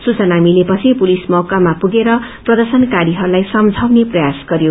सूचना मिलेपछि पुलिस मौकामा पुगेर प्रदर्शनकारीहरूलाई सम्माउने प्रयास गरयो